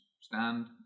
stand